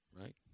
right